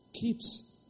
keeps